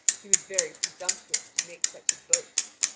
he was very presumptuous to make such a boast.